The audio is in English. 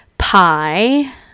pie